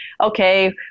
okay